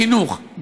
בחינוך,